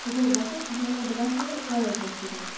ژٕ کوٚت گژھکھ سُہ چھِ ونان بہٕ گژھٕ پرٛیویٹ ہاسپِٹَل